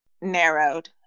narrowed